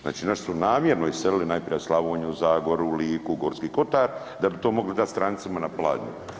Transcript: Znači naši su namjerno iselili najprije Slavoniju, Zagoru, Liku, Gorski kotar da bi to mogli dati strancima na pladnju.